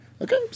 Okay